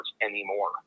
anymore